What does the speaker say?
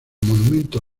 monumento